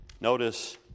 notice